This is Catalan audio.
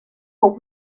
fou